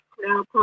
now